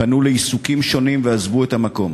פנו לעיסוקים שונים ועזבו את המקום.